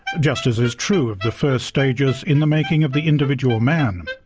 just as is true of the first stages in the making of the individual man.